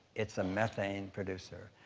it's a methane producer.